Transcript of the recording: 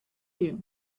you